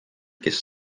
kes